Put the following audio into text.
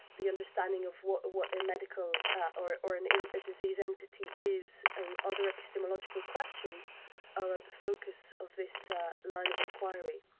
the understanding of what what a medical or or and a disease entity is and other epistemological questions are at the focus of this ah line of inquiry.